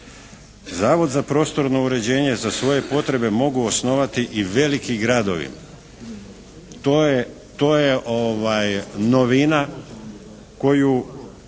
Zavod za prostorno uređenje za svoje potrebe mogu osnovati i veliki gradovi. To je novina koju,